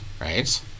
right